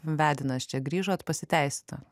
vedinas čia grįžot pasiteisino